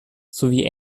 sowie